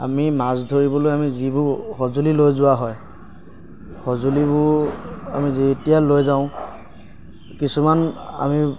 আমি মাছ ধৰিবলৈ আমি যিবোৰ সঁজুলি লৈ যোৱা হয় সঁজুলিবোৰ আমি যেতিয়া লৈ যাওঁ কিছুমান আমি